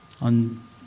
on